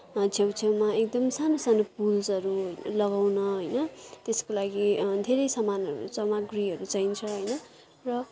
छेउ छेउमा एकदमै सानो सानो पुल्सहरू लगाउन होइन त्यसको लागि धेरै समानहरू सामग्रीहरू चाहिन्छ होइन र